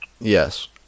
Yes